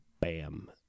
bam